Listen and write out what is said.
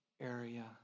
area